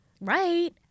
Right